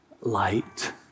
light